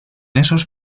esos